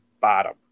bottom